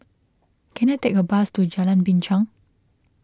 can I take a bus to Jalan Binchang